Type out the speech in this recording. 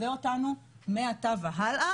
מעקב.